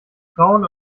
frauen